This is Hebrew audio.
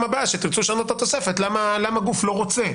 הבאה שתרצו לשנות את התוספת למה גוף לא רוצה.